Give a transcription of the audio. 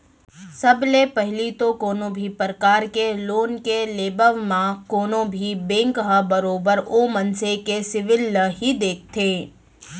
सब ले पहिली तो कोनो भी परकार के लोन के लेबव म कोनो भी बेंक ह बरोबर ओ मनसे के सिविल ल ही देखथे